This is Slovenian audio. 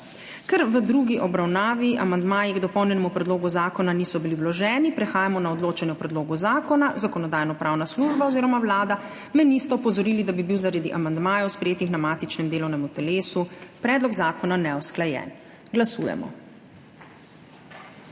Ker v drugi obravnavi amandmaji k dopolnjenemu predlogu zakona niso bili vloženi, prehajamo na odločanje o predlogu zakona. Zakonodajno-pravna služba oziroma Vlada me nista opozorili, da bi bil zaradi amandmajev, sprejetih na matičnem delovnem telesu, predlog zakona neusklajen. Glasujemo.